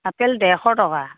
apple ডেৰশ টকা